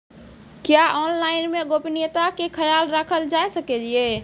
क्या ऑनलाइन मे गोपनियता के खयाल राखल जाय सकै ये?